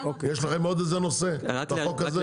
יש לכם עוד איזה נושא בחוק הזה?